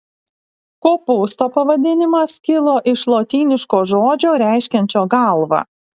kopūsto pavadinimas kilo iš lotyniško žodžio reiškiančio galvą